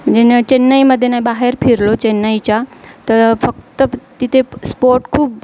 म्हणजे न चेन्नईमध्ये नाही बाहेर फिरलो चेन्नईच्या तर फक्त तिथे स्पोट खूप